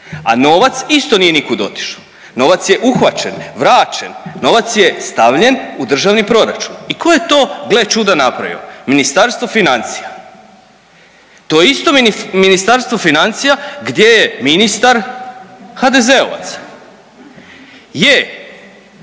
a novac isto nije nikud otišao, novac je uhvaćen, vraćen, novac je stavljen u Državni proračun. I tko je to gle čuda napravio, Ministarstvo financija. To isto Ministarstvo financija gdje je ministar HDZ-ovac. Je,